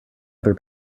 other